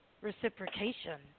Reciprocation